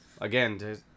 Again